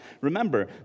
remember